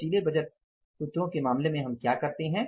लचीले बजट फ़ार्मुलों के मामले में हम क्या करते हैं